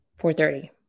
4.30